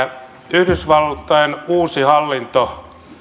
yhdysvaltojen uusi hallinto ei